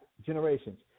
generations